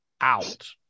out